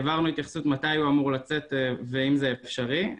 העברנו התייחסות מתי הוא אמור לצאת ואם זה אפשרי.